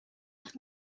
وقت